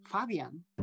Fabian